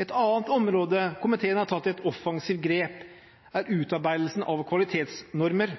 Et annet område hvor komiteen har tatt et offensivt grep, er utarbeidelse av kvalitetsnormer.